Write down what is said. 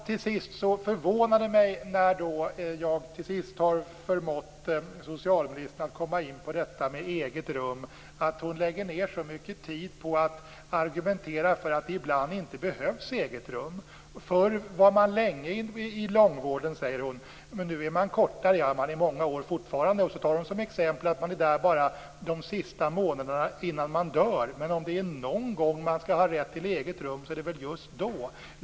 Till sist förvånar det mig att socialministern, när jag slutligen har förmått henne att komma in på detta med eget rum, lägger ned så mycken tid på att argumentera för att det ibland inte behövs eget rum. Förr var man länge i långvården, säger hon, men nu är man där kortare tid. Ja, men man är fortfarande där i många år. Hon tar som exempel att man är där bara de sista månaderna innan man dör. Om det är någon gång som man skall ha rätt till eget rum är det väl just då.